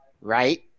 right